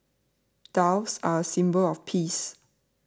doves are a symbol of peace